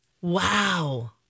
wow